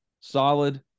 solid –